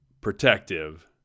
protective